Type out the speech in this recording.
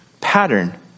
pattern